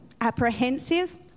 apprehensive